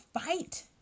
fight